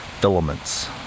filaments